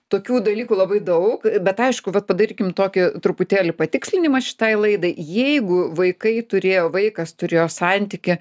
tokių dalykų labai daug bet aišku vat padarykim tokį truputėlį patikslinimą šitai laidai jeigu vaikai turėjo vaikas turėjo santykį